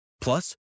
Plus